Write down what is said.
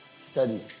Study